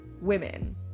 women